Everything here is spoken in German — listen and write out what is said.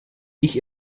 ich